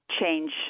change